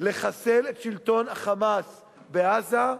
לחסל את שלטון ה"חמאס" בעזה,